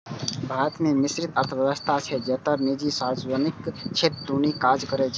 भारत मे मिश्रित अर्थव्यवस्था छै, जतय निजी आ सार्वजनिक क्षेत्र दुनू काज करै छै